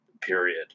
period